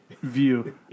view